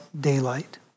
daylight